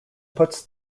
puts